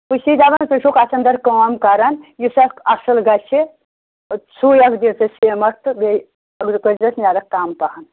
بہٕ چھِسَے دپان ژٕ چھُکھ اَتھ اَندَر کٲم کَران یُس اکھ اَصٕل گژھِ سُے اَکھ دِ ژٕ تۄہہِ سیٖمٹھ تہٕ بیٚیہِ نیرَکھ کَم پہَم